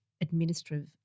administrative